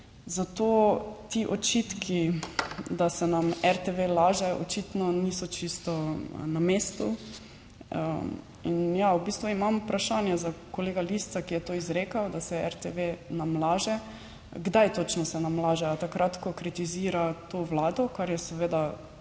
zato ti očitki, da se nam RTV laže, očitno niso čisto na mestu. In ja, v bistvu imam vprašanje za kolega Lisca, ki je to izrekel, da se RTV nam laže. Kdaj točno se nam laže? Ali takrat, ko kritizira to Vlado, kar je seveda